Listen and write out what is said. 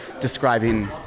describing